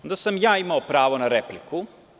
Onda sam ja imao pravo na repliku.